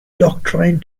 doctrine